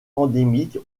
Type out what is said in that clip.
endémique